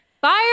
Fire